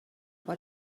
what